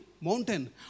mountain